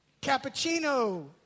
cappuccino